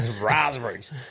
Raspberries